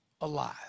alive